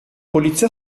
polizia